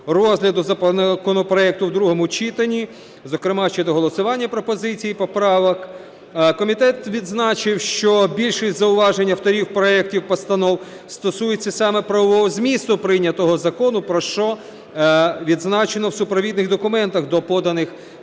розгляду законопроекту в другому читанні, зокрема щодо голосування пропозицій і поправок. Комітет відзначив, що більшість зауважень авторів проектів постанов стосується саме правового змісту прийнятого закону. Про що відзначено в супровідних документах до поданих